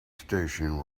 station